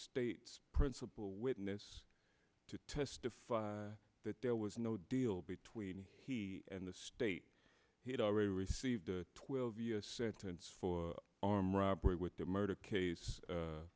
state's principal witness to testify there was no deal between he and the state he had already received a twelve year sentence for armed robbery with the murder case